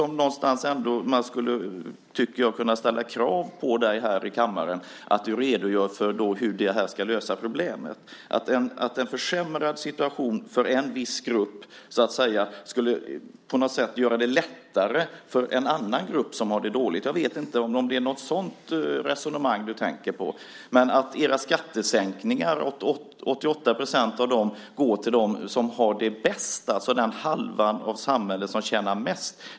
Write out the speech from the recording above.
Man skulle kunna ställa krav på dig att du här i kammaren redogör för hur problemet ska lösas. Ska en försämrad situation för en viss grupp göra det lättare för en annan grupp som har det dåligt? Jag vet inte om det är så du resonerar. Men 88 % av era skattesänkningar går till dem som har det bäst, det vill säga den halva av samhället som tjänar mest.